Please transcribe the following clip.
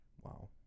wow